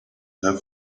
have